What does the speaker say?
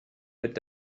mit